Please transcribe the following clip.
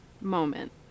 moment